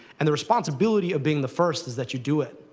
and the responsibility of being the first is that you do it,